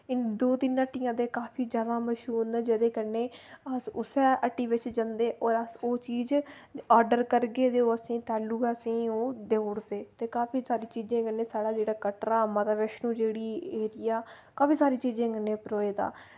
इन दो तिन हट्टियां ते काफी ज्यादा मश्हूर न जेह्दे कन्नै अस उस्सै हट्टी बिच जन्दे और अस ओह् चीज आर्डर करगे ते ओह् असें तैलूं गै असें ओह् देऊड़दे ते काफी सारी चीजें कन्नै साढ़ा जेह्ड़ा कटरा माता वैश्णो जेह्ड़ी एरिया काफी सारी चीजें कन्नै भरोए दा